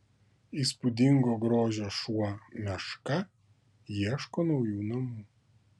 įspūdingo grožio šuo meška ieško naujų namų